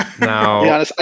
Now